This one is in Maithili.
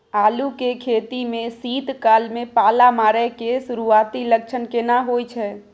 आलू के खेती में शीत काल में पाला मारै के सुरूआती लक्षण केना होय छै?